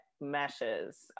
meshes